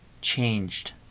changed